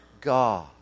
God